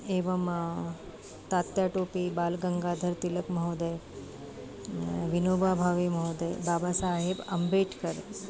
एवम् तात्याटोपी बाल्गङ्गाधर्तिलक् महोदयः विनोबाभावे महोदयः बाबासाहेब् अम्बेड्कर्